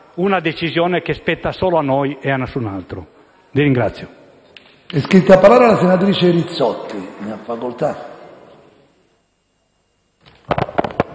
una decisione che spetta solo a noi e a nessun'altro. *(Applausi